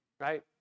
right